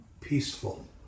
peaceful